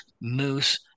Moose